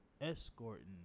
escorting